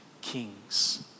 kings